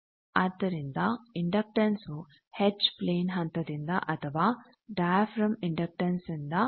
ಆದ್ದರಿಂದ ಇಂಡಕ್ಟನ್ಸ್ ವು H plane ಹಂತದಿಂದ ಅಥವಾ ಡಯಾಫ್ರಾಮ್ ಇಂಡಕ್ಟನ್ಸ್ ನಿಂದ ನೀಡಬಹುದು